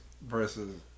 Versus